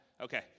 Okay